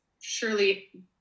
surely